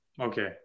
Okay